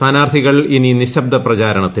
സ്ഥാനാർത്ഥികൾ ഇനി നിശബ്ദ പ്രചാരണത്തിൽ